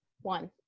one